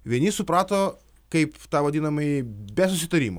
vieni suprato kaip tą vadinamąjį be susitarimo